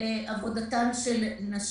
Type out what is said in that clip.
עבודתן של נשים.